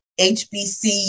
HBCU